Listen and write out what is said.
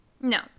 No